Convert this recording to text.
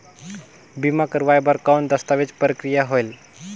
बीमा करवाय बार कौन दस्तावेज प्रक्रिया होएल?